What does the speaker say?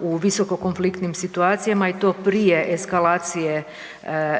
u visokokonfliktnim situacijama i to prije eskalacije